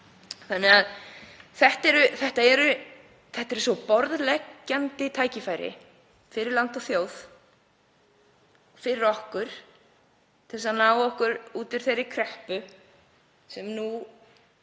loft upp. Þetta eru svo borðleggjandi tækifæri fyrir land og þjóð, fyrir okkur til að ná okkur út úr þeirri kreppu sem nú